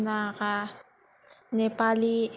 Naga Nepali